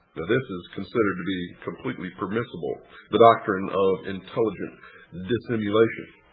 this is considered to be completely permissible the doctrine of intelligent dissimulation.